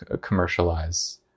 commercialize